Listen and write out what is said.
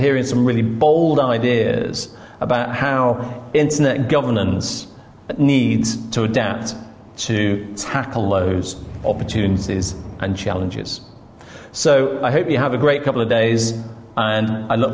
hearing some really bold ideas about how internet governance needs to adapt to tackle those opportunities and challenges so i hope you have a great couple of days and i look